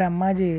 Brahmaji